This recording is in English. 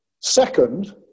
Second